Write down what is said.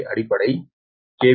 ஏ அடிப்படை கே